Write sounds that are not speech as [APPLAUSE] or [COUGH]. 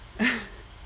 [LAUGHS]